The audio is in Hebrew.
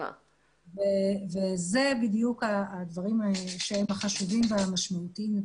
אלה בדיוק הדברים שהם החשובים והמשמעותיים מבחינתנו.